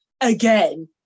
again